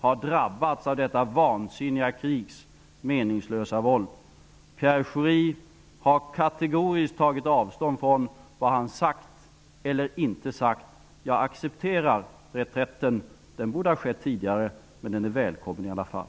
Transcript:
har drabbats av detta vansinniga krigs meningslösa våld. Pierre Schori har kategoriskt tagit avstånd från vad han har sagt eller inte har sagt. Jag accepterar reträtten. Den borde ha skett tidigare, men den är välkommen i alla fall.